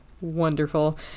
wonderful